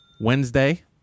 Wednesday